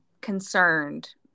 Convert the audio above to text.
concerned